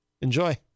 Enjoy